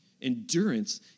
endurance